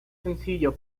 sencillo